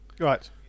Right